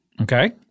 Okay